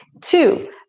two